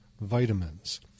Vitamins